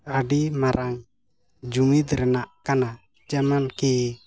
ᱟᱹᱰᱤ ᱢᱟᱨᱟᱝ ᱡᱩᱢᱤᱫ ᱨᱮᱱᱟᱜ ᱠᱟᱱᱟ ᱡᱮᱢᱚᱱ ᱠᱤ